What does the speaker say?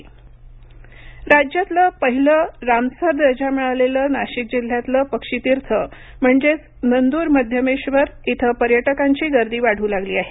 नांदूरमध्यमेश्वर राज्यातलं पाहिलं रामसर दर्जा मिळालेले नाशिक जिल्ह्यातलं पक्षी तीर्थ म्हणजेच नाद्रमध्यमेश्वर इथे पर्यटकांची गर्दी वाढू लागली आहे